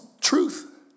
truth